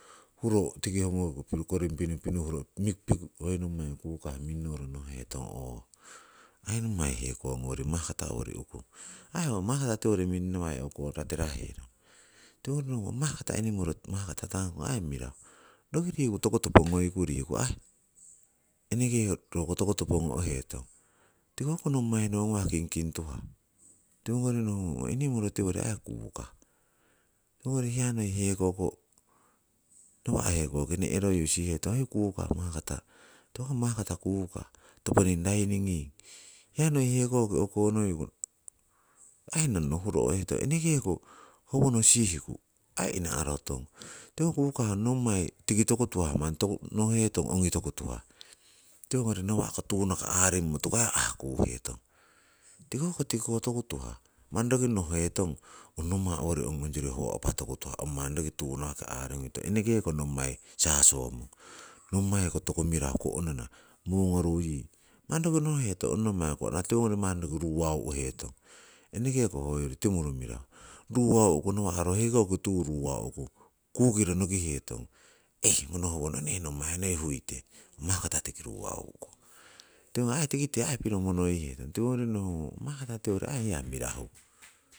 Huro tiki owonoki tii pokoring pinupinuhro piku hoi nommai kukah minnoro pihetong no'hetong ooh ong aii nommai hekowo ngoworing ong mahkata owori ukung. Ho aii ho, makatah tiwori minnowai tiko heko ratiroheron. Tiwongori nohungong ong mahkata enimoro, mahkata tangakon mirauh, roki riku toku topo ngoiku aii, enekeko roko toku topo ngo'heton. Tiko hoko nommai nowongawah, kingking tuhah, tiwongori nohugon ong enimoro tiwori aii kukah, hoyori hiya noi hekokoh nawa' hekoki ne'royu sihihetong aii kukah, ho aii mahkatah kukah toponing raininging hiya noi hekokoh o'koinoku aii nongno huro o'hetong enekeko howono sihiku aii ina'roh tong. Tiko hoko kukah tiko oh nommai tikiko toku tuhah aii manni no'heton ong ongi toku tuhah, aii tiwongori nawa'ko tunaka aaringmotuku aii ahkuhetong. Tiko hoko tikiko toku tuhah manni roki no'heton ong nommai owori ong ongyori howo apa toku tuhah ong manni tunakaki aariguitong, enekeko nommai sasomong. Nommoiko toku mirahu ko'nona mungonoru yii, manni no'hetong ong nommai ko'nona tiwongori manni rowauhetong. Enekeko hoiyori timuru mirahu, ruuwau'ku nawa' ro hekoki tuyu ruuwau'ku kukiro nokihetong, heh ngono howono nommai huite mahkata tiki ruuwaukong. Tiwongori tikite aii piro monoihetong, tiwongori nohungong mahkatah tiwori aii mirahu.